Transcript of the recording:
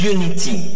Unity